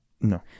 No